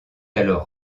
alors